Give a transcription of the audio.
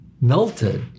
melted